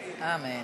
אמן.